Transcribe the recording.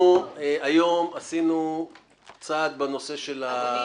אנחנו היום עשינו צעד בנושא של --- אדוני,